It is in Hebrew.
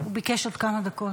הוא ביקש עוד כמה דקות.